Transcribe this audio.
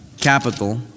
capital